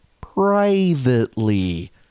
privately